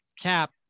cap